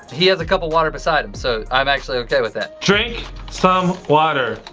he has a cup of water beside him, so i'm actually okay with that. drink some water.